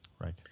Right